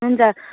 हुन्छ